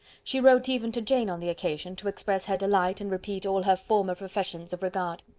she wrote even to jane on the occasion, to express her delight, and repeat all her former professions of regard.